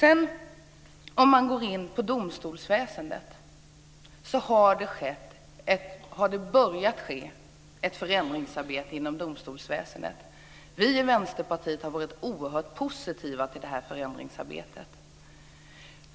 Ett förändringsarbete har börjat ske inom domstolsväsendet. Vi i Vänsterpartiet har varit oerhört positiva till detta förändringsarbete.